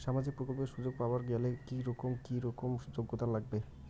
সামাজিক প্রকল্পের সুযোগ পাবার গেলে কি রকম কি রকম যোগ্যতা লাগিবে?